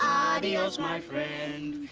adios, my friend